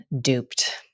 duped